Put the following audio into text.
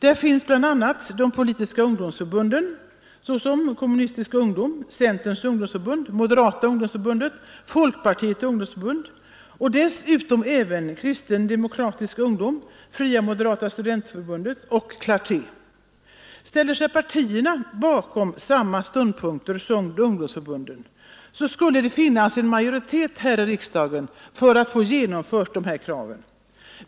Där finns bl.a. de politiska ungdomsförbunden: Kommunistisk ungdom, Centerns ungdomsförbund, Moderata ungdomsförbundet, Folkpartiets ungdomsförbund samt dessutom även Kristen demokratisk ungdom, Fria moderata studentförbundet och Clarté. Ställde sig partierna bakom samma ståndpunkter som ungdomsförbunden skulle det finnas en majoritet i riksdagen för att genomföra dessa krav.